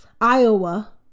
Iowa